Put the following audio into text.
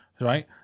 right